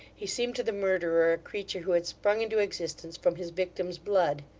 he seemed to the murderer a creature who had sprung into existence from his victim's blood.